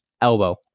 elbow